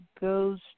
goes